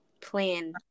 plan